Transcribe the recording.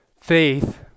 faith